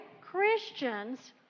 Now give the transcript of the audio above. Christians